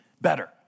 better